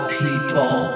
people